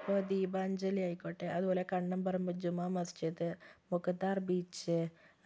ഇപ്പോൾ ദീപാഞ്ജലി ആയിക്കോട്ടെ അതുപോലെ കണ്ണംപറമ്പ് ജുമാ മസ്ജിദ് മുഗദാർ ബീച്ച്